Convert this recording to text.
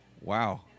Wow